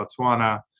Botswana